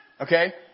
okay